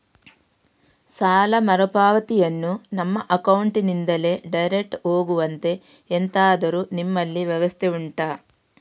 ಸಾಲ ಮರುಪಾವತಿಯನ್ನು ನಮ್ಮ ಅಕೌಂಟ್ ನಿಂದಲೇ ಡೈರೆಕ್ಟ್ ಹೋಗುವಂತೆ ಎಂತಾದರು ನಿಮ್ಮಲ್ಲಿ ವ್ಯವಸ್ಥೆ ಉಂಟಾ